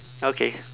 okay